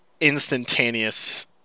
instantaneous